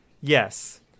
Yes